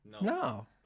No